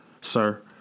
Sir